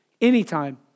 Anytime